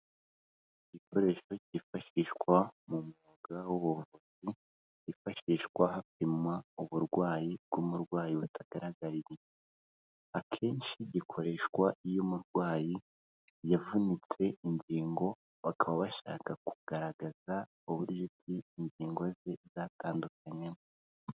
Igikoresho cyifashishwa mu mwuga w'ubuvuzi, hifashishwa hapima uburwayi bw'umurwayi butagaragaye akenshi gikoreshwa iyo umurwayi yavunitse ingingo, bakaba bashaka kugaragaza uburyo bwizi ngingo ze zatandukanyemo.